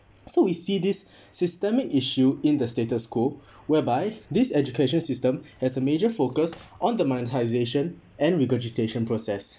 so we see this systemic issue in the status quo whereby this education system has a major focus on the monetisation and regurgitation process